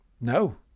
No